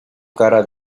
cara